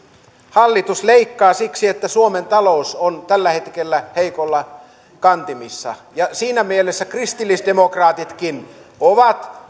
hallitus leikkaa siksi että suomen talous on tällä hetkellä heikoissa kantimissa ja siinä mielessä kristillisdemokraatitkin ovat